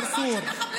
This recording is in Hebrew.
זה חילול הקודש.